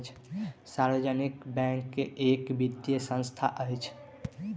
सार्वजनिक बैंक एक वित्तीय संस्थान अछि